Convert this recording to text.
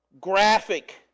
graphic